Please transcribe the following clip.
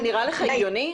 זה נראה לך הגיוני?